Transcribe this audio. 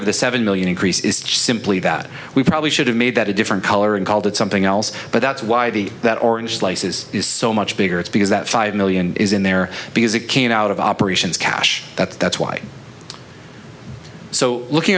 of the seven million increase is just simply that we probably should have made that a different color and called it something else but that's why the that orange slices is so much bigger it's because that five million is in there because it came out of operations cash that that's why so looking